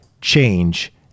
change